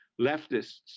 leftists